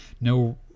no